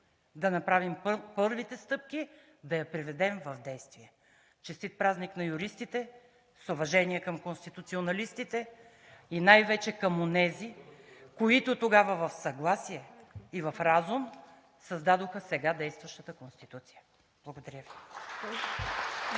да направим първите стъпки, да я приведем в действия. Честит празник на юристите! С уважение към конституционалистите! Най-вече към онези, които тогава в съгласие и в разум създадоха сега действащата Конституция! Благодаря Ви.